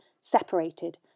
Separated